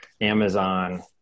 Amazon